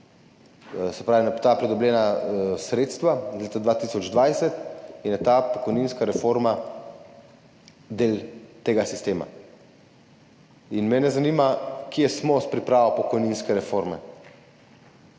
se pravi na ta pridobljena sredstva iz leta 2020, in je ta pokojninska reforma del tega sistema. Mene zanima, kje smo s pripravo pokojninske reforme,